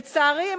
לצערי,